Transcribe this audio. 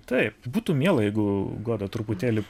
taip būtų miela jeigu goda truputėlį